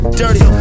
dirty